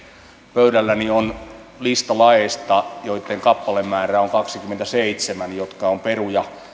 pöydälläni on lista laeista joitten kappalemäärä on kaksikymmentäseitsemän jotka ovat peruja